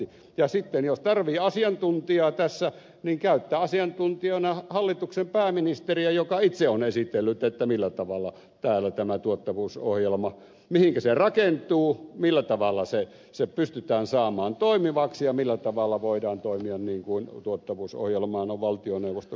sitten jos tarvitsee asiantuntijaa tässä niin käyttää asiantuntijana hallituksen pääministeriä joka itse on esitellyt että millä tavalla täällä tämä tuottavuusohjelma mihinkä tuottavuusohjelma rakentuu millä tavalla se pystytään saamaan toimivaksi ja millä tavalla voidaan toimia niin kuin tuottavuusohjelmaan on valtioneuvosto kirjannut